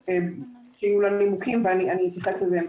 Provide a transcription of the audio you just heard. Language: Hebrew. ויהיו לה הנימוקים ואני אתייחס לזה.